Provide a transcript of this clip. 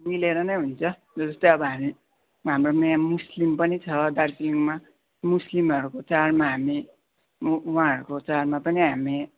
मिलेर नै हुन्छ जस्तै अब हामी हाम्रोमा यहाँ मुस्लिम पनि छ दार्जिलिङमा मुस्लिमहरूको चाडमा हामी उहाँहरूको चाडमा पनि हामी